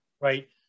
right